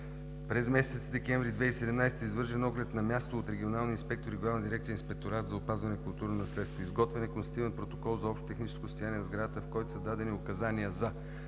През месец декември 2017 г. е извършен оглед на място от регионалния инспектор и Главна дирекция „Инспекторат за опазване на културно наследство“. Изготвен е констативен протокол за общото техническо състояние на сградата, в който са дадени указания за